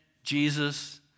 Jesus